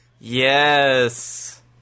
Yes